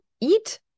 eat